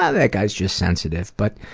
yeah that guy is just sensitive, but,